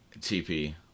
TP